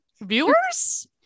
Viewers